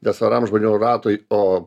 ne siauram žmonių ratui o